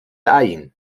ain